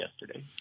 yesterday